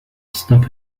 stop